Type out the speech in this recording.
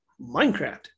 Minecraft